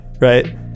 right